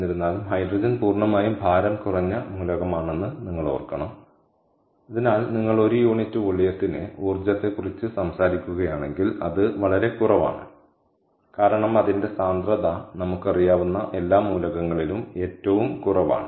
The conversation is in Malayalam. എന്നിരുന്നാലും ഹൈഡ്രജൻ പൂർണ്ണമായും ഭാരം കുറഞ്ഞ മൂലകമാണെന്ന് നിങ്ങൾ ഓർക്കണം അതിനാൽ നിങ്ങൾ ഒരു യൂണിറ്റ് വോളിയത്തിന് ഊർജ്ജത്തെക്കുറിച്ച് സംസാരിക്കുകയാണെങ്കിൽ അത് വളരെ കുറവാണ് കാരണം അതിന്റെ സാന്ദ്രത നമുക്കറിയാവുന്ന എല്ലാ മൂലകങ്ങളിലും ഏറ്റവും കുറവാണ്